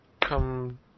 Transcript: come